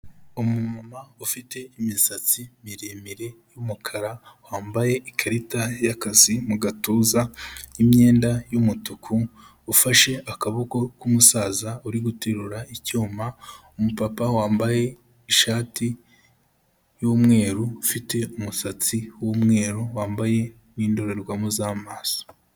Umumama ufite imisatsi miremire y'umukara, wambaye ikarita y'akazi mu gatuza n'imyenda y'umutuku, ufashe akaboko k'umusaza uri guterura icyuma, umupapa wambaye ishati y'umweru, ufite umusatsi w'umweru, wambaye n'indorerwamo z'amaso.